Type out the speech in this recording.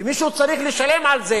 ומישהו צריך לשלם על זה.